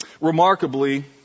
Remarkably